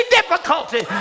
difficulty